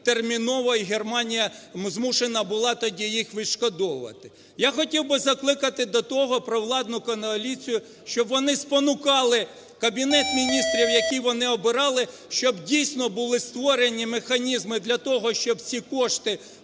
терміново, і Германія змушена була тоді їх відшкодовувати. Я хотів би закликати до того провладну коаліцію, щоб вони спонукали Кабінет Міністрів, який вони обирали, щоб дійсно були створені механізми для того, щоб ці кошти